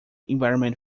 environment